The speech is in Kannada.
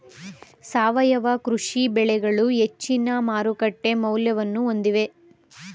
ಸಾವಯವ ಕೃಷಿ ಬೆಳೆಗಳು ಹೆಚ್ಚಿನ ಮಾರುಕಟ್ಟೆ ಮೌಲ್ಯವನ್ನು ಹೊಂದಿವೆ